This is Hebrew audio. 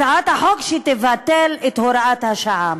הצעת החוק שתבטל את הוראת השעה.